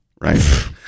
right